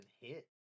hit